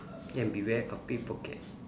and beware of pickpocket